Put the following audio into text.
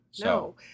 no